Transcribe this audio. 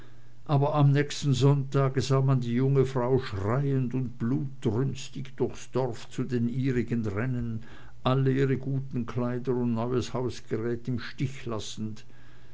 aber am nächsten sonntage sah man die junge frau schreiend und blutrünstig durchs dorf zu den ihrigen rennen alle ihre guten kleider und neues hausgerät im stich lassend